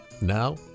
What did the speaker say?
Now